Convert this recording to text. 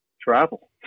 travel